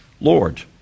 Lord